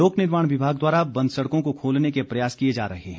लोकनिर्माण विभाग द्वारा बंद सड़कों को खोलने के प्रयास किए जा रहे हैं